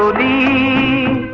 the